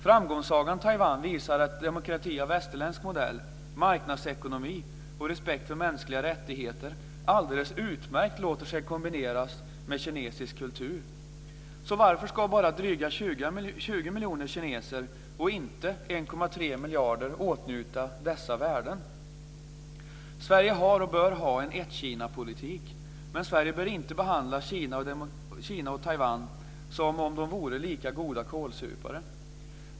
Framgångssagan Taiwan visar att demokrati av västerländsk modell, marknadsekonomi och respekt för mänskliga rättigheter alldeles utmärkt låter sig kombineras med kinesisk kultur. Så varför ska bara dryga 20 miljoner kineser och inte 1,3 miljarder åtnjuta dessa värden? Sverige har och bör ha en ett-Kina-politik. Men Sverige bör inte behandla Kina och Taiwan som om de vore lika goda kålsupare.